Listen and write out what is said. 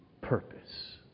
Purpose